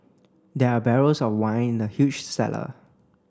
there are barrels of wine in the huge cellar